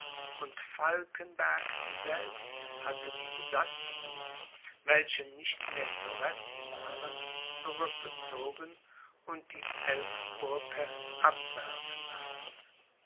und falkenberg selbst hatte die besatzungen welche nicht mehr zu retten waren zurückgezogen und die elbbrücke abwerfen lassen